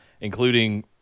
including